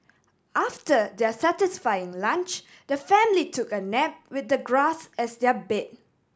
after their satisfying lunch the family took a nap with the grass as their bed